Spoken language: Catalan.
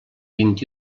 vint